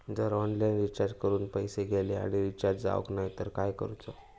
जर online recharge करून पैसे गेले आणि रिचार्ज जावक नाय तर काय करूचा?